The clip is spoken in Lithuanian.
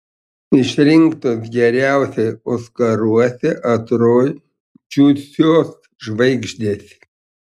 išrinktos geriausiai oskaruose atrodžiusios žvaigždės